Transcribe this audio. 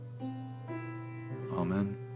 Amen